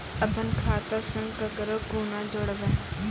अपन खाता संग ककरो कूना जोडवै?